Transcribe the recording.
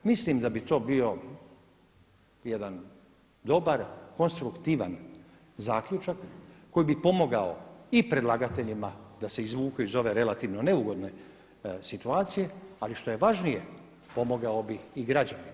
Mislim da bi to bio jedan dobar konstruktivan zaključak koji bi pomogao i predlagateljima da se izvuku iz ove relativno neugodne situacije ali što je važnije pomogao bi i građane.